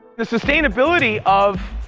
the sustainability of